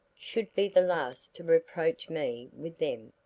should be the last to reproach me with them.